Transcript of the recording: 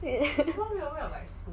it is